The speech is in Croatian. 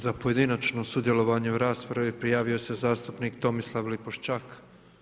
Za pojedinačno sudjelovanje u raspravi prijavio se zastupnik Tomislav Lipošćak.